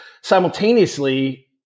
simultaneously